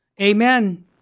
Amen